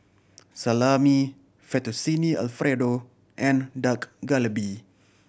Salami Fettuccine Alfredo and Dak Galbi